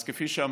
אז כפי שאמרתי,